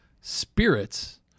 spirits